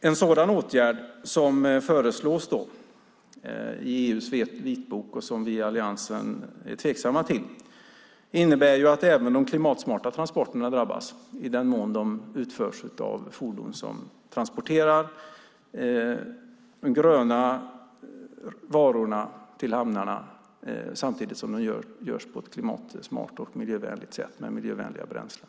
En sådan åtgärd som föreslås i EU:s vitbok och som vi i Alliansen är tveksamma till innebär att även de klimatsmarta transporterna drabbas, i den mån de utförs av fordon som transporterar de gröna varorna till hamnar samtidigt som det görs på ett klimatsmart, miljövänligt sätt med miljövänliga bränslen.